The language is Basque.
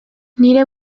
nire